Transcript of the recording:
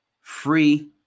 free